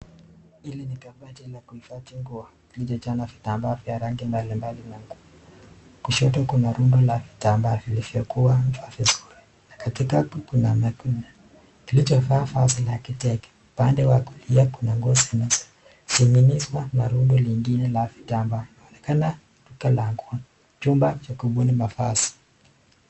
Hili ni kabati la kuhifadhi nguo. Limejaa na vitambaa vya rangi mbalimbali na nguo. Kushoto kuna rundo la vitambaa vilivyokunjwa vizuri. Katikati kuna mannequin kilichovaa vazi la kike. Upande wa kulia kuna nguo zinazining'inizwa na rundo lingine la vitambaa. Unaonekana duka la nguo na chumba cha kubuni mavazi.